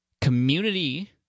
Community